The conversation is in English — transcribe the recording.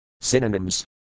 Synonyms